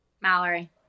Mallory